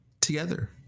together